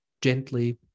gently